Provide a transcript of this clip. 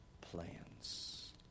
plans